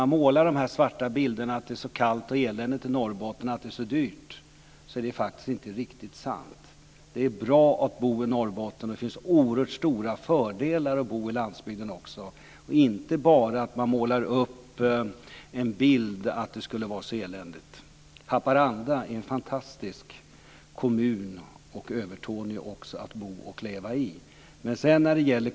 Det målas ofta upp mörka bilder av att det är kallt, eländigt och dyrt i Norrbotten, men det är faktiskt inte riktigt sant. Det är bra att bo i Norrbotten, och det finns också oerhört stora fördelar med att bo på landsbygden. Man ska inte måla upp en bild av att det bara är eländigt. Haparanda och Övertorneå är fantastiska kommuner att bo och leva i.